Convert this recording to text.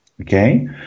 Okay